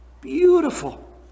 beautiful